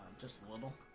just little